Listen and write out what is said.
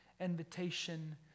invitation